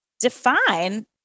define